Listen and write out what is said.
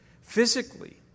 physically